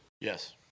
Yes